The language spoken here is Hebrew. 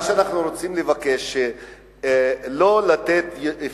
מה שאנחנו רוצים לבקש זה לא לתת יותר